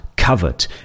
covered